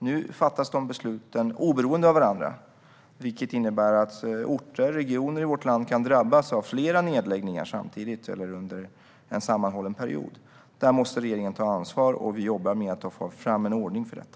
Nu fattas dessa beslut oberoende av varandra, vilket innebär att orter och regioner i vårt land kan drabbas av flera nedläggningar samtidigt eller under en sammanhållen period. Här måste regeringen ta ansvar, och vi jobbar med att ta fram en ordning för detta.